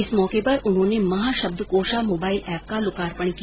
इस मौके पर उन्होंने महाशब्द कोषा मोबाइल एप का लोकार्पण किया